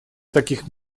таких